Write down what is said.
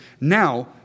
Now